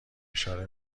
اشاره